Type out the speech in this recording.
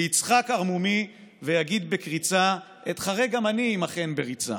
/ ויצחק ערמומי ויגיד בקריצה: / אתחרה גם אני עימכן בריצה.